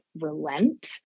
relent